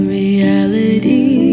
reality